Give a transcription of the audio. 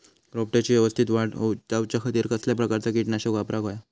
रोपट्याची यवस्तित वाढ जाऊच्या खातीर कसल्या प्रकारचा किटकनाशक वापराक होया?